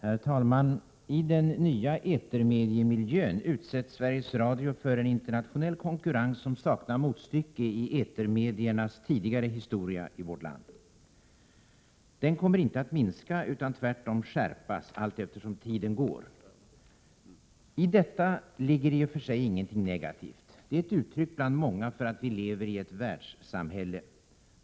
Herr talman! I den nya etermediemiljön utsätts Sveriges Radio för en internationell konkurrens som saknar motstycke i etermediernas tidigare historia i vårt land. Den kommer inte att minska utan tvärtom skärpas allteftersom tiden går. I detta ligger i och för sig ingenting negativt. Det är ett uttryck bland många för att vi lever i ett världssamhälle.